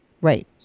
Right